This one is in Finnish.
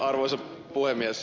arvoisa puhemies